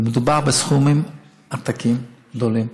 ומדובר בסכומי עתק, גדולים,